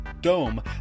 dome